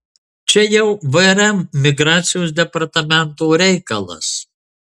čia jau vrm migracijos departamento reikalas